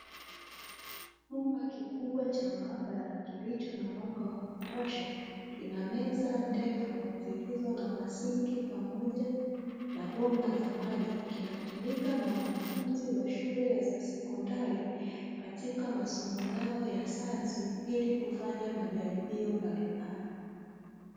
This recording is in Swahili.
Chumba kikubwa cha maabara kilicho na mwanga wa kutosha kina meza ndefu, zilizo na masinki pamoja na bomba za maji, kinatumika na wanafunzi wa shule za sekondari katika masomo ya sayansi ili kufanya majaribio mbalimbali.